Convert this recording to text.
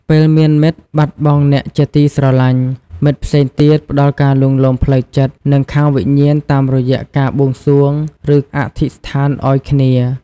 ពេលមានមិត្តបាត់បង់អ្នកជាទីស្រឡាញ់ មិត្តផ្សេងទៀតផ្តល់ការលួងលោមផ្លូវចិត្ត និងខាងវិញ្ញាណតាមរយៈការបួងសួង ឬ អធិស្ឋានឱ្យគ្នា។។